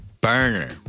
Burner